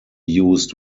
used